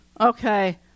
Okay